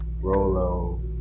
Rolo